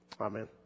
Amen